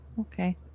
Okay